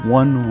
one